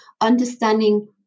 understanding